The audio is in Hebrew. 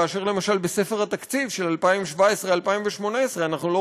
כאשר למשל בספר התקציב של 2017 2018 אנחנו לא